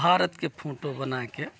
भारतके फोटो बनाके